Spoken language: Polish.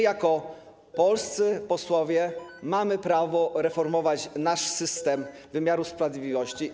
Jako polscy posłowie mamy prawo reformować nasz system wymiaru sprawiedliwości.